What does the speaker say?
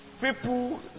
people